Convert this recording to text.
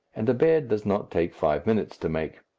and a bed does not take five minutes to make.